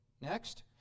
Next